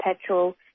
petrol